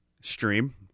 Stream